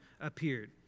appeared